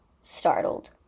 startled